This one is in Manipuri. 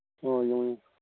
ꯑꯣ ꯌꯦꯡꯉꯣ ꯌꯦꯡꯉꯣ